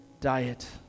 diet